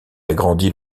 agrandit